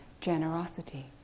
generosity